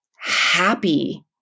happy